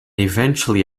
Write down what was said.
eventually